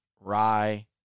Rye